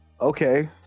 okay